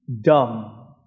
dumb